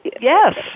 Yes